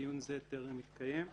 דיון זה טרם התקיים.